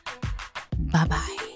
bye-bye